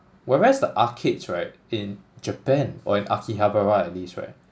whereas the arcades right in Japan or in akihabara at least right